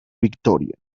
victoria